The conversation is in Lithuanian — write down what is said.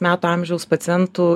metų amžiaus pacientų